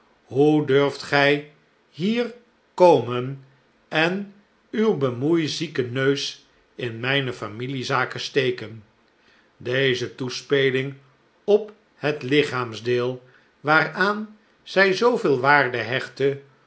hoe durft gij hier komen en uw bemoeizieken neus in mijne familiezaken steken deze toespeling op het lichaamsdeel waaraan zij zooveel waarde hechtte